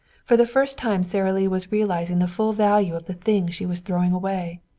for the first time sara lee was realizing the full value of the thing she was throwing away.